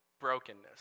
Brokenness